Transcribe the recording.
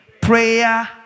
prayer